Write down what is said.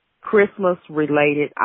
Christmas-related